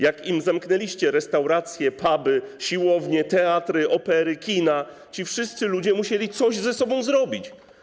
Jak im zamknęliście restauracje, puby, siłownie, teatry, opery, kina, ci wszyscy ludzie musieli coś ze sobą zrobić.